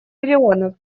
миллионов